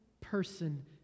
person